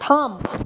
থাম